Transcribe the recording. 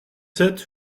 sept